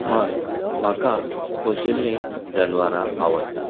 हय म्हाका पोशिल्लीं जनावरां आवडटात